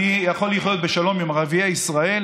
אני קוראת אותך לסדר פעם ראשונה.